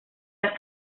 las